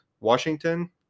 Washington